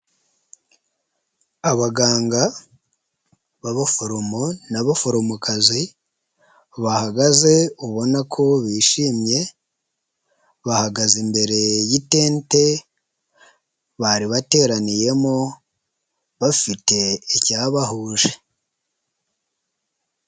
Abaganga b'abaforomo n'abaforomokazi bahagaze ubona ko bishimye, bahagaze imbere y'itente bari bateraniyemo bafite icyabahuje.